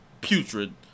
putrid